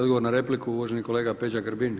Odgovor na repliku, uvaženi kolega Peđa Grbin.